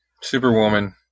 Superwoman